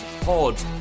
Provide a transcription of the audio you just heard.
pod